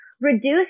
reduce